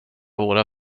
våra